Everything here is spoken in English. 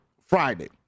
Friday